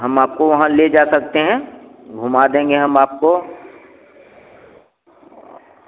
हम आपको वहाँ ले जा सकते हैं घुमा देंगे हम आपको